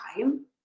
time